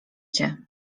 cię